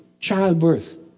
Childbirth